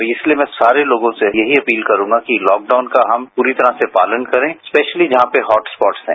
तो इसलिए मैं सारे लोगों से ये ही अपील करूंगा कि लॉकडाउन का हम पूरी तरह से पालन करें स्पेशली जहां पर हॉटस्पॉट हैं